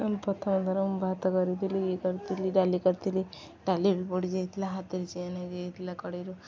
ଆ ପ୍ରଥମ ଧର ମୁଁ ଭାତ କରିଥିଲି ଇଏ କରିଥିଲି ଡାଲି କରିଥିଲି ଡାଲି ବି ପୋଡ଼ି ଯାଇଥିଲା ହାତରେ ଚିନ୍ ଯାଇଥିଲା କଢ଼େଇରୁ